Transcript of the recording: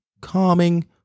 calming